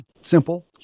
Simple